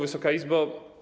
Wysoka Izbo!